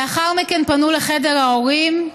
לאחר מכן פנו לחדר ההורים,